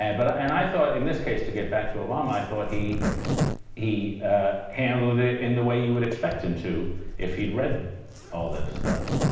but and i thought in this case, to get back to obama, i thought he he ah handled it in the way you would expect him to if he'd read all this stuff,